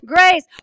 Grace